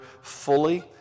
fully